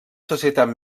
societat